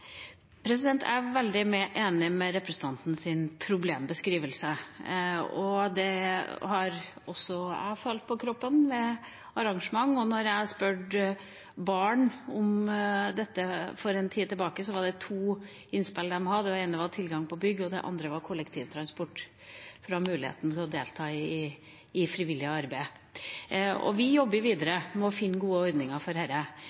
Jeg er veldig enig i representantens problembeskrivelse, og det har også jeg følt på kroppen ved arrangementer. Da jeg spurte barn om dette for en tid tilbake, hadde de to innspill. Det ene var tilgang på bygg, og det andre var kollektivtransport for å ha muligheten til å delta i frivillig arbeid. Vi jobber videre med å finne gode ordninger for